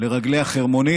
לרגלי החרמונית.